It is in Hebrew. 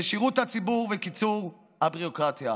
בשירות הציבור וקיצור הביורוקרטיה.